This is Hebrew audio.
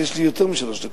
אז יש לי יותר משלוש דקות.